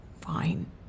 fine